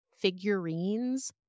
figurines